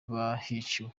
bahishiwe